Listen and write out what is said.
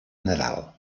nadal